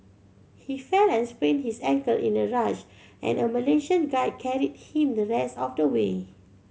he fell and sprained his ankle in a rush and a Malaysian guide carried him the rest of the way